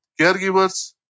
caregivers